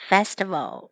Festival